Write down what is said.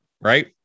right